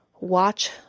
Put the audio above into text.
Watch